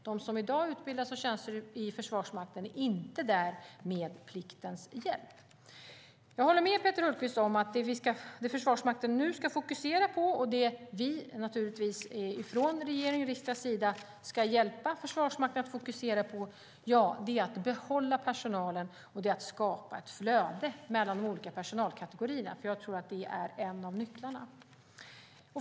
De som i dag utbildas och tjänstgör i Försvarsmakten är inte där med pliktens hjälp. Jag håller med Peter Hultqvist om att det Försvarsmakten nu ska fokusera på och det vi i regering och riksdag ska hjälpa Försvarsmakten att fokusera på är att behålla personalen och skapa ett flöde mellan de olika personalkategorierna. Jag tror nämligen att det är en av nycklarna.